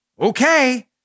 Okay